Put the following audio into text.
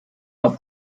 auch